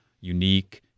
unique